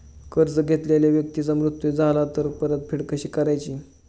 कर्ज घेतलेल्या व्यक्तीचा मृत्यू झाला तर परतफेड कशी करायची?